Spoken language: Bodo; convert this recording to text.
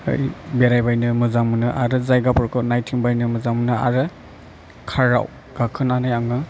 बेरायबाइनो मोजां मोनो आरो जायगाफोरखौ नाइथिंबायनो मोजां मोनो आरो खाराव गाखोनानै आङो